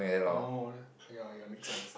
oh ya ya make sense